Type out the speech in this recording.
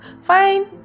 fine